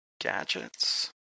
gadgets